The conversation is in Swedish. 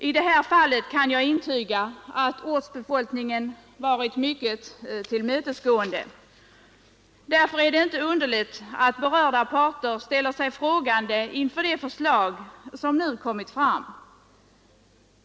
I detta fall kan jag intyga att ortsbefolkningen varit mycket tillmötesgående. Därför är det inte underligt att berörda parter ställer sig frågande till det förslag som nu lagts fram.